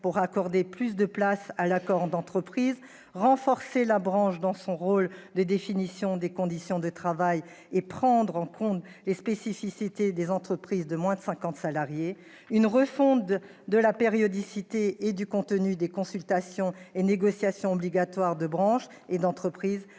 d'accorder plus de place à l'accord d'entreprise et de renforcer la branche dans son rôle de définition des conditions de travail, tout en prenant en compte les spécificités des entreprises de moins de 50 salariés. La périodicité et le contenu des consultations et des négociations obligatoires de branche et d'entreprise